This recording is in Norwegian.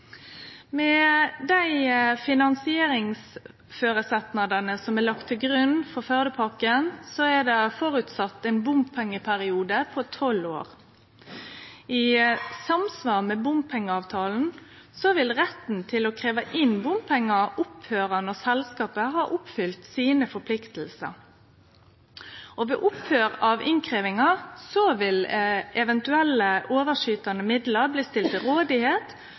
Med dei finansieringsføresetnadene som er lagde til grunn for Førdepakken, er det føresett ein bompengeperiode på tolv år. I samsvar med bompengeavtalen vil retten til å krevje inn bompengar falle bort når selskapet har oppfylt sine forpliktingar. Ved opphøyr av innkrevjinga vil eventuelle overskytande midlar bli